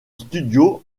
studio